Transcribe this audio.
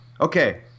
okay